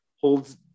holds